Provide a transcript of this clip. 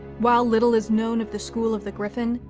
while little is known of the school of the griffin,